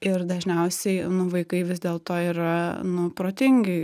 ir dažniausiai nu vaikai vis dėlto yra nu protingi